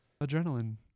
adrenaline